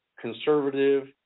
conservative